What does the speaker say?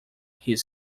his